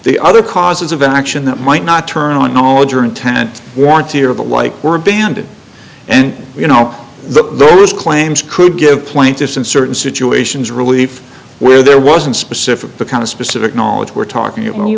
the other causes of action that might not turn on knowledge or intent warranty or the like were banded and you know but those claims could give plaintiffs in certain situations relief where there wasn't specific the kind of specific knowledge we're talking i